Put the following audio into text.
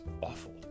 awful